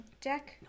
deck